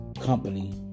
company